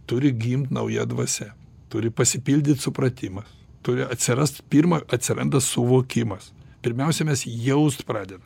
turi gimt nauja dvasia turi pasipildyti supratimas turi atsirast pirma atsiranda suvokimas pirmiausia mes jaust pradedam